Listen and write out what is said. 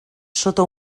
sota